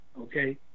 okay